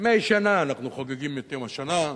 בימי שנה אנחנו חוגגים את יום השנה.